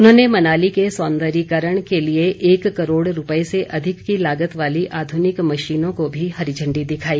उन्होंने मनाली के सौंदर्यीकरण के लिए एक करोड़ रूपए से अधिक की लागत वाली आध्निक मशीनों को भी हरी झण्डी दिखाई